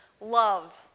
Love